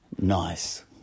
nice